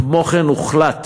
כמו כן, הוחלט